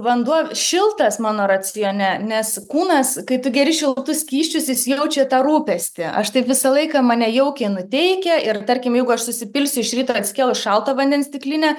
vanduo šiltas mano racione nes kūnas kai tu geri šiltus skysčius jis jaučia tą rūpestį aš taip visą laiką mane jaukiai nuteikia ir tarkim jeigu aš susipilsiu iš ryto atsikėlus šalto vandens stiklinę